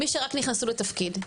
מי שרק נכנסו לתפקיד,